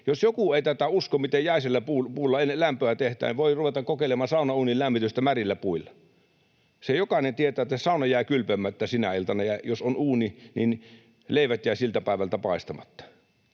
Jos joku ei tätä usko, että jäisellä puulla ei lämpöä tehdä, voi ruveta kokeilemaan saunan uunin lämmitystä märillä puilla. Sen jokainen tietää, että sauna jää kylpemättä sinä iltana, ja jos on uuni, niin leivät jäävät siltä päivältä paistamatta.